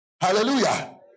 Hallelujah